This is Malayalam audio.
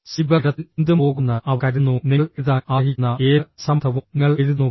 സൈബർ ഇടത്തിൽ എന്തും പോകുമെന്ന് അവർ കരുതുന്നു നിങ്ങൾ എഴുതാൻ ആഗ്രഹിക്കുന്ന ഏത് അസംബന്ധവും നിങ്ങൾ എഴുതുന്നു